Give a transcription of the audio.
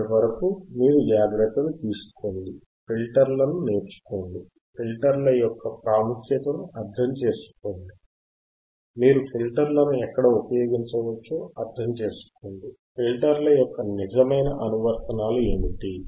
అప్పటి వరకు మీరు జాగ్రత్తలు తీసుకోండి ఫిల్టర్లను నేర్చుకోండి ఫిల్టర్ల యొక్క ప్రాముఖ్యతను అర్థం చేసుకోండి మీరు ఫిల్టర్లను ఎక్కడ ఉపయోగించవచ్చో అర్థం చేసుకోండి ఫిల్టర్ల యొక్క నిజమైన అనువర్తనాలు ఏమిటి